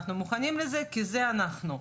אנחנו מוכנים לזה כי זה אנחנו,